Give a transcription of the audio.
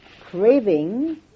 craving